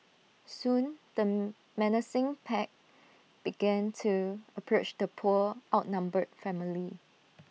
soon the menacing pack began to approach the poor outnumbered family